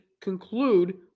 conclude